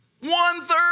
One-third